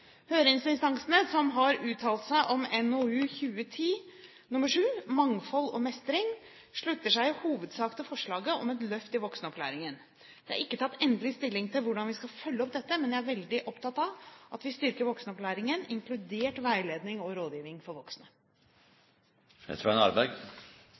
Høringsinstansene som har uttalt seg om NOU 2010:7 Mangfold og mestring, slutter seg i hovedsak til forslaget om et løft i voksenopplæringen. Det er ikke tatt endelig stilling til hvordan vi skal følge opp dette, men jeg er veldig opptatt av at vi styrker voksenopplæringen, inkludert veiledning og rådgivning for voksne.